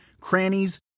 crannies